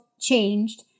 changed